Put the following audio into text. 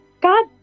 God